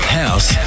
house